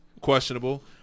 questionable